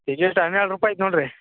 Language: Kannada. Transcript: ಟಿಕೇಟ್ ಹನ್ನೆರಡು ರೂಪಾಯಿ ಐತಿ ನೋಡ್ರಿ